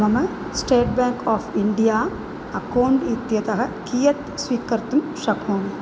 मम state bank of India account इत्यतः कियत् स्वीकर्तुं शक्नोमि